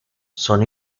son